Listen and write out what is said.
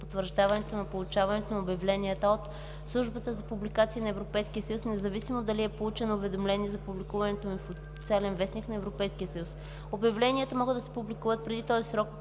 на получаването на обявленията от Службата за публикации на Европейския съюз, независимо дали е получено уведомление за публикуването им в „Официален вестник” на Европейския съюз. Обявленията могат да се публикуват преди този срок,